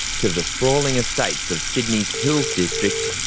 to the sprawling estates of sydney's hills district